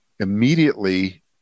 Immediately